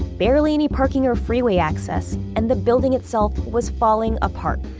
barely any parking or freeway access, and the building itself was falling apart.